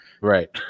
Right